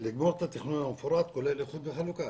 לגמור את התכנון המפורט כולל איחוד וחלוקה.